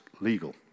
Legal